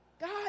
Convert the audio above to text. God